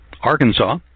Arkansas